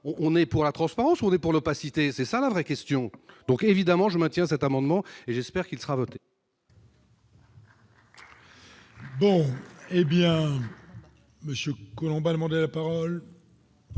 on est pour la transparence, on est pour l'opacité, c'est ça la vraie question, donc, évidemment, je maintiens cet amendement et j'espère qu'il sera voté.